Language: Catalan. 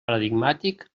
paradigmàtic